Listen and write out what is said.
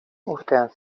urtean